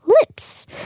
lips